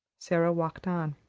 sara walked on.